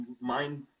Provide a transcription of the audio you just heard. mind